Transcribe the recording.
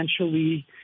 essentially